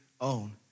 own